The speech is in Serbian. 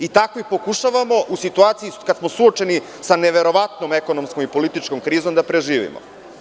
I takvi pokušavamo, u situaciji kad smo suočeni sa neverovatnom ekonomskom i političkom krizom, da preživimo.